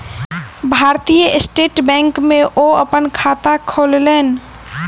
भारतीय State Bank में ओ अपन खाता खोलौलेन